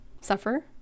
suffer